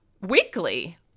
weekly